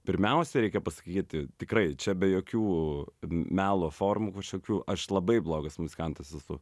pirmiausia reikia pasakyti tikrai čia be jokių melo formų kažkokių aš labai blogas muzikantas esu